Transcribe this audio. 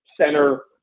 center